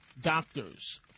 doctors